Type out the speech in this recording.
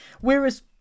whereas